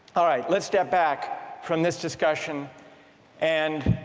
alright, let's step back from this discussion and